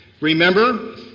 Remember